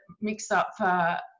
mix-up